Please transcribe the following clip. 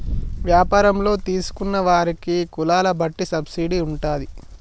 వ్యాపారంలో తీసుకున్న వారికి వారి కులాల బట్టి సబ్సిడీ ఉంటాది